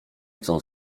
chcą